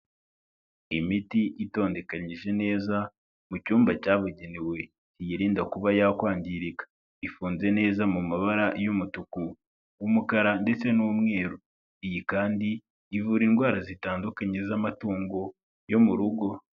Imiti itondekanyije neza mu cyumba cyabugenewe, biyirinda kuba yakwangirika. Ifunze neza mu mabara y'umutuku, umukara ndetse n'umweru. Iyi kandi ivura indwara zitandukanye z'amatungo yo mu rugo.